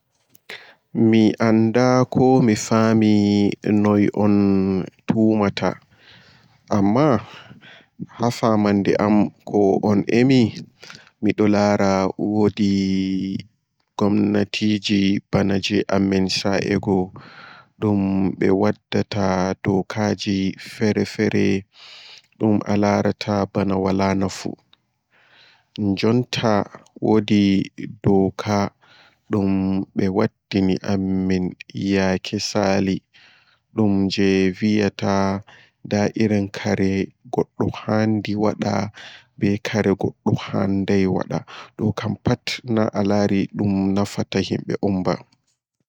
Aii goɗɗo am kala leddi ndi ardibe man wadai ɗatal anditinowal hokku ɗum ɗum hokkata himɓe leddi man wada ko haandi pat hokkata sembe sam jotta bana wiugo ɓe wia kala mbewa pat ɓe hirsan nga nyande alat na ayi ɗo jalnidum nde hokkai maam maabo bawgo ɓe wia kala debbo pat nyande alat o yaha kosde mere na ayi ɗo antinawa man hokkai jokka sifa sam maabo ɓe wia gorko fotai ɓanga rewɓe bura tati na ayi ɗo fu anditinam man hokkai hokkata wadata leddi mai yaha yeeso ardoɓe leddi kam ko haandi hokka hakkilo doman kanjum on ɓe wada anditinaam wal jei wallata himɓe leddi mai heba yaha yeeso nonno ɓuran.